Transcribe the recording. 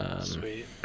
Sweet